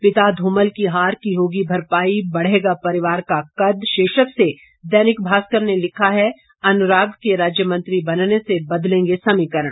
पिता धूमल की हार की होगी भरपाई बढ़ेगा परिवार का कद शीर्षक दैनिक भास्कर ने लिखा है अनुराग के राज्य मंत्री बनने से बदलेंगे समीकरण